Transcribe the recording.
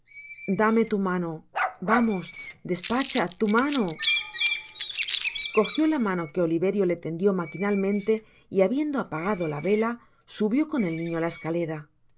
dame tu mano vamos despacha tu mano cogió la mano que oliverio le tendió maquinalmente'y habiendo apagado la vela subió con el niño la escalera